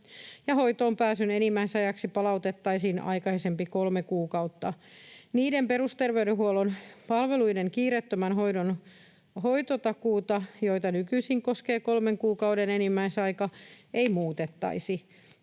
hoitoonpääsyn enimmäisajaksi palautettaisiin aikaisempi kolme kuukautta. Niiden perusterveydenhuollon palveluiden kiireettömän hoidon hoitotakuuta, joita nykyisin koskee kolmen kuukauden enimmäisaika, ei muutettaisi.